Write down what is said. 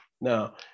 now